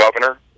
governor